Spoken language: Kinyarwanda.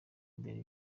mbere